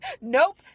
Nope